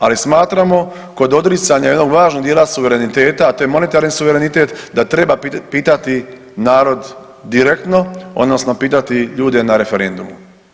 Ali smatramo kod odricanja jednog važnog dijela suvereniteta, a to je monetarni suverenitet da treba pitati narod direktno odnosno pitati ljude na referendumu.